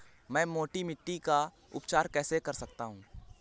मैं मोटी मिट्टी का उपचार कैसे कर सकता हूँ?